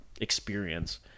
experience